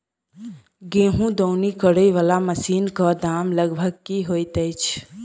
गेंहूँ दौनी करै वला मशीन कऽ दाम लगभग की होइत अछि?